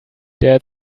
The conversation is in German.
der